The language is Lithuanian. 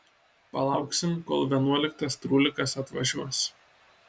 palauksim kol vienuoliktas trūlikas atvažiuos